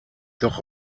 doch